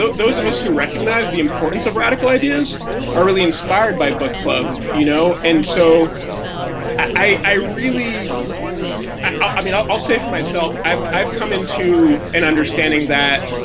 those of us who recognize the importance of radical ideas are really inspired by book club. you know and so i really i mean i'll say for myself, i've i've come into an understanding that